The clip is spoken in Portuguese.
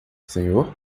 senhor